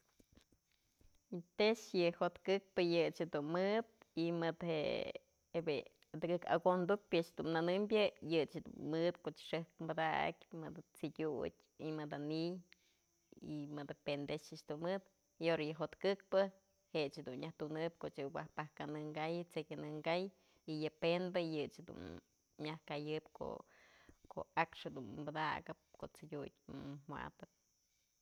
Tex yë jo'ot këkpë yë ëch jedun mëdë je'e tëkëk akontukpyë a'ax jedun nënëmbyë yëch jedun mëdë koch xëjk padakyë mëdë t'sëdyutë y mëdë ni'iy y mëdë pentex a'ax dun mëdëy ahora yë jo'ot këkpë jëch jedun nyaj tunëp koch yë wal pajkanë ka'ay, tseëy kanë ka'ay, yë penbë yëch jedun nyaj kayëp ko'o a'ax jedun padakëp ko'o t'sëdyut wa'atëp.